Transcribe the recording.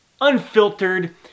unfiltered